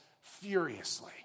furiously